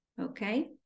okay